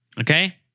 Okay